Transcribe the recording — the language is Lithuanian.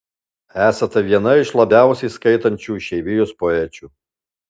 esate viena iš labiausiai skaitančių išeivijos poečių